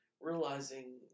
realizing